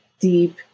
deep